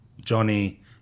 Johnny